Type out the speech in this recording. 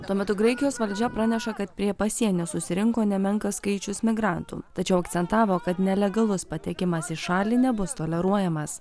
tuo metu graikijos valdžia praneša kad prie pasienio susirinko nemenkas skaičius migrantų tačiau akcentavo kad nelegalus patekimas į šalį nebus toleruojamas